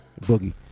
Boogie